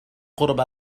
قرب